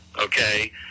okay